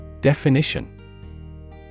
Definition